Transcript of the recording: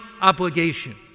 obligation